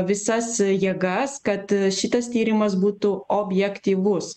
visas jėgas kad šitas tyrimas būtų objektyvus